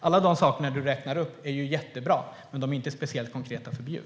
Alla de saker ministern räknar upp är jättebra, men de är inte särskilt konkreta för Bjuv.